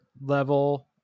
level